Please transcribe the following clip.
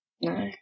No